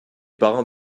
parents